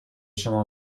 شما